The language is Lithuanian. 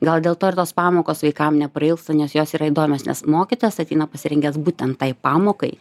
gal dėl to ir tos pamokos vaikam neprailgsta nes jos yra įdomios nes mokytojas ateina pasirengęs būtent tai pamokai